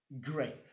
great